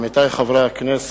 עמיתי חברי הכנסת,